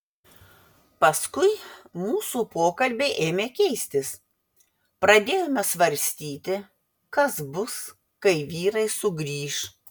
paskui mūsų pokalbiai ėmė keistis pradėjome svarstyti kas bus kai vyrai sugrįš